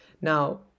Now